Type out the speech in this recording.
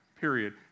Period